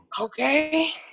Okay